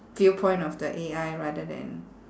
viewpoint of the A_I rather than